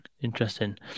Interesting